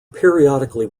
periodically